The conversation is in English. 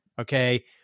Okay